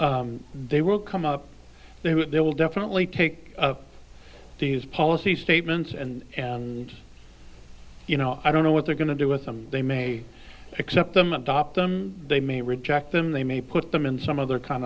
do they will come out there will definitely take these policy statements and you know i don't know what they're going to do with them they may accept them adopt them they may reject them they may put them in some other kind